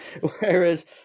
whereas